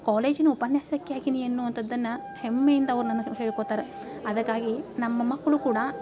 ಕಾಲೇಜಿನ ಉಪನ್ಯಾಸಕಿಯಾಗೀನಿ ಎನ್ನುವಂಥದ್ದನ್ನು ಹೆಮ್ಮೆಯಿಂದ ಅವ್ರು ನನ್ನ ಹತ್ರ ಹೇಳ್ಕೊತಾರೆ ಅದಕ್ಕಾಗಿ ನಮ್ಮ ಮಕ್ಕಳು ಕೂಡ